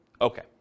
Okay